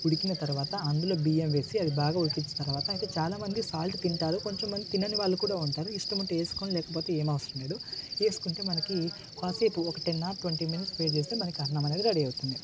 ఉడికిన తర్వాత అందులో బియ్యం వేసి అది బాగా ఉడికించిన తర్వాత అయితే చాలామంది సాల్ట్ తింటారు కొంచెం మంది తినని వాళ్ళు కూడా ఉంటారు ఇష్టం ఉంటే వేసుకోండి లేకపోతే ఏం అవసరం లేదు వేసుకుంటే మనకి కాసేపు ఒక టెన్ ఆర్ ట్వంటీ మినిట్స్ వేడి చేస్తే మనకు అన్నం అనేది రెడీ అవుతుంది